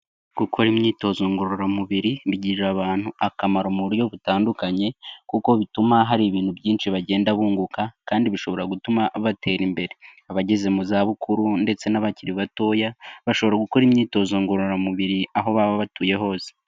Gukora imyitozo ngororamubiri bigirira abantu akamaro mu buryo butandukanye, kuko bituma hari ibintu byinshi bagenda bunguka kandi bishobora gutuma batera imbere, abageze mu zabukuru ndetse n'abakiri batoya, bashobora gukora imyitozo ngororamubiri aho baba batuye hose.